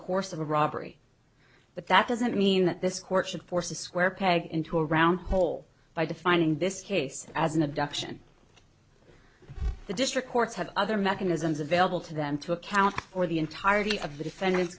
course of a robbery but that doesn't mean that this court should force a square peg into a round hole by defining this case as an abduction the district courts have other mechanisms available to them to account for the entirety of the defend